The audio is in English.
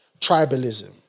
tribalism